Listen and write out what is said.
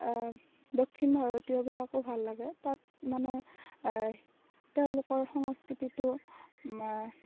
দক্ষিণ ভাৰতীয়বিলাকো ভাল লাগে তাত মানে তেওঁলোকৰ সংস্কৃতিটো